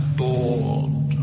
bored